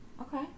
okay